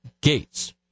Gates